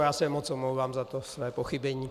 Já se moc omlouvám za své pochybení.